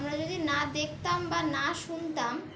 আমরা যদি না দেখতাম বা না শুনতাম